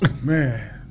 Man